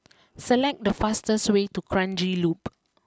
select the fastest way to Kranji Loop